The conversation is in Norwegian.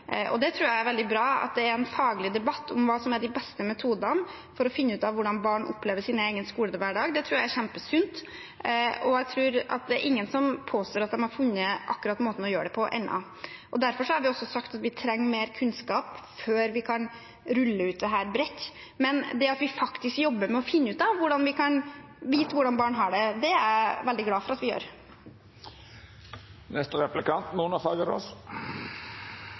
er veldig bra at det er en faglig debatt om hva som er de beste metodene for å finne ut av hvordan barn opplever sin egen skolehverdag. Det tror jeg er kjempesunt. Jeg tror ikke det er noen som påstår at de har funnet akkurat måten å gjøre det på ennå. Derfor har vi også sagt at vi trenger mer kunnskap før vi kan rulle ut dette bredt. Men det at vi faktisk jobber med å finne ut av hvordan vi kan vite hvordan barn har det, er jeg veldig glad for at vi gjør.